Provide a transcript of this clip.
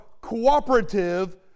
cooperative